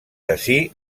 ací